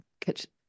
kitchen